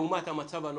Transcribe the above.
וזאת לעומת המצב הנוכחי.